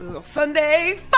Sunday